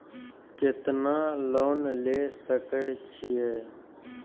केतना लोन ले सके छीये?